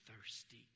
thirsty